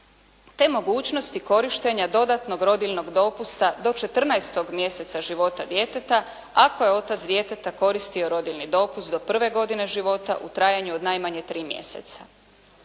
te mogućnosti korištenja dodatnog rodiljnog dopusta do 14 mjeseca života djeteta ako je otac djeteta koristio rodiljni dopust do prve godine života u trajanju od najmanje tri mjeseca.